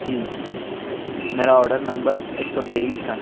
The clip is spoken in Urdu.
جی میرا آرڈر نمبر ایک سو تیئیس تھا